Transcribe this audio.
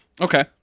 Okay